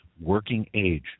working-age